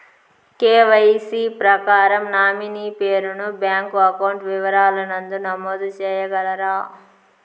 KYC ప్రకారం nominee పేరు ను బ్యాంకు అకౌంట్ వివరాల నందు నమోదు సేయగలరా?